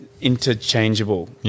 interchangeable